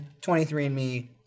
23andMe